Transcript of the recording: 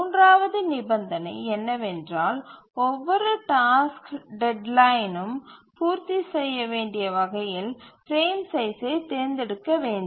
மூன்றாவது நிபந்தனை என்னவென்றால் ஒவ்வொரு டாஸ்க் டெட்லைனையும் பூர்த்தி செய்ய வேண்டிய வகையில் பிரேம் சைஸ்சை தேர்ந்தெடுக்க வேண்டும்